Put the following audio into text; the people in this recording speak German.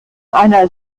einer